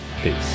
Peace